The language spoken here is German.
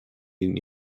den